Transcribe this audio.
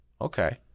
Okay